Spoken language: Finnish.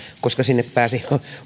koska sinne pääsi